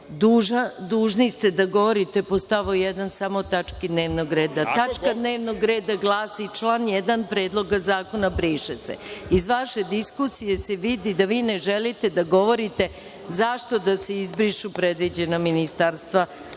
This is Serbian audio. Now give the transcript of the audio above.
Dužni ste da govorite po stavu 1. samo o tački dnevnog reda. Tačka dnevnog reda glasi – član 1. Predloga zakona - briše se. Iz vaše diskusije se vidi da vi ne želite da govorite zašto da se izbrišu predviđena ministarstva